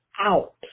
out